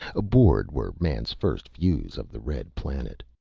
aboard were man's first views of the red planet.